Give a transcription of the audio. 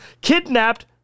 kidnapped